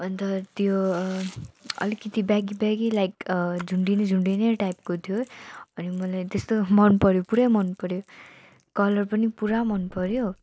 अन्त त्यो अलिकति ब्यागी ब्यागी लाइक झुन्डिने झुन्डिने टाइपको थियो अनि मलाई त्यस्तो मन पर्यो पुरै मन पर्यो कलर पनि पुरा मन पर्यो